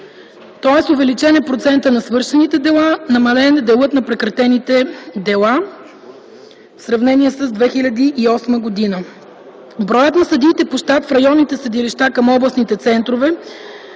Тоест увеличен е процентът на свършените дела, намален е делът на прекратените дела в сравнение с 2008 г. Броят на съдиите по щат в районните съдилища към областните центрове,